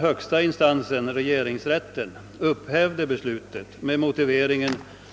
Högsta instansen, regeringsrätten, upphävde dock det beslutet med motiveringen